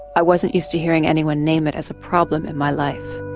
i wasn't used to hearing anyone name it as a problem in my life.